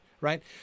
right